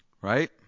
right